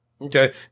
Okay